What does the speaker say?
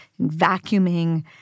vacuuming